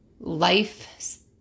life